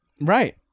Right